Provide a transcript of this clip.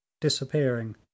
disappearing